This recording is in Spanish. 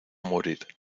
morir